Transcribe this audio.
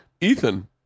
Ethan